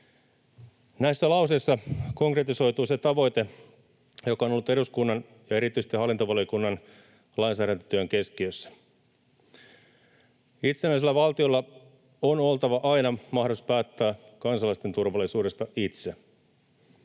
Näissä lauseissa konkretisoituu se tavoite, joka on ollut eduskunnan ja erityisesti hallintovaliokunnan lainsäädäntötyön keskiössä. Itsenäisellä valtiolla on oltava aina mahdollisuus päättää kansalaisten turvallisuudesta itse.